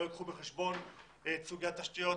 לא ייקחו בחשבון את סוגי התשתיות,